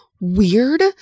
weird